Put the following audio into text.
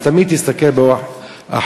אז תמיד תסתכל באור החיובי,